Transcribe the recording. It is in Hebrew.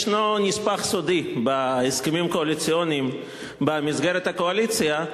ישנו נספח סודי בהסכמים הקואליציוניים במסגרת הקואליציה,